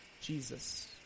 Jesus